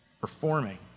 performing